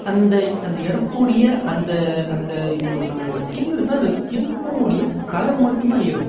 அந்த அந்த இடத்தோடய அந்த அந்த இப்போ ஒரு நம்மளோட ஸ்கின் இருக்குனா அந்த ஸ்கின்னுடைய கலர் மட்டுந்தான் ஏறும்